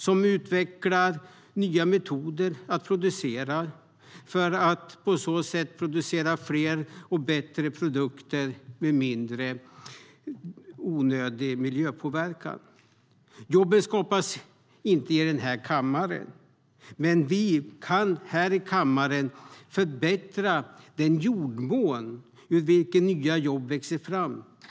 De utvecklar nya metoder för att producera. På så sätt kan fler och bättre produkter produceras med mindre onödig miljöpåverkan. Jobben skapas inte i kammaren, men vi kan här i kammaren förbättra den jordmån ur vilken nya jobb växer fram.